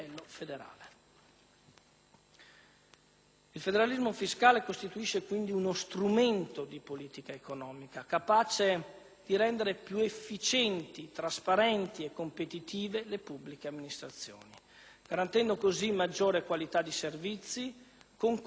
Il federalismo fiscale costituisce, quindi, uno strumento di politica economica capace di rendere più efficienti, trasparenti e competitive le pubbliche amministrazioni, garantendo così maggiore qualità di servizi, con costi evidentemente minori.